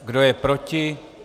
Kdo je proti?